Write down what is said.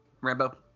Rambo